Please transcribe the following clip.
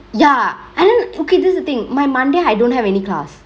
ya and then okay that's the thingk my monday I don't have any class